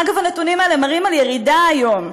אגב, הנתונים האלה מראים ירידה היום,